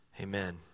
amen